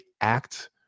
act